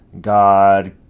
God